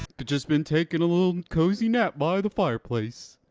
but just been taking a little cozy nap by the fireplace.